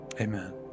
Amen